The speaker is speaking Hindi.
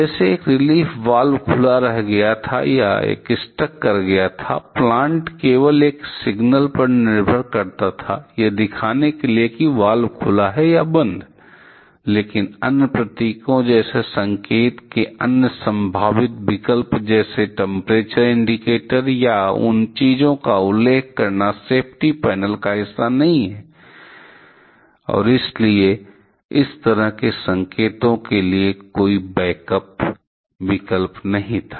जैसे एक रिलीफ वाल्व खुला रखा गया था या यह स्टक कर गया था प्लांट केवल एक सिगनल पर निर्भर करता था यह दिखाने के लिए कि वाल्व खुला है या बंद है लेकिन अन्य प्रतीकों जैसे संकेत के अन्य संभावित विकल्प जैसे टेम्परेचर इंडिकेटर यहाँ उन चीजों का उल्लेख करना सेफ्टी पैनल का हिस्सा नहीं है और इसलिए इस तरह के संकेतों के लिए कोई बैक अप विकल्प नहीं था